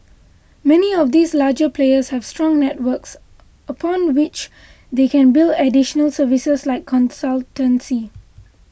many of these larger players have strong networks upon which they can build additional services like consultancy